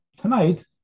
tonight